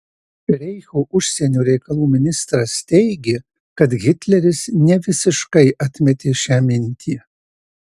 reicho užsienio reikalų ministras teigė kad hitleris nevisiškai atmetė šią mintį